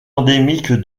endémique